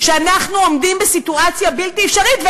שאנחנו עומדים בסיטואציה בלתי אפשרית.